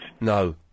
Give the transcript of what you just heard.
No